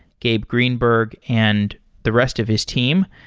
gabe greenberg, and the rest of his team.